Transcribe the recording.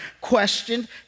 questioned